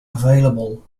available